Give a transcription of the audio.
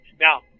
Now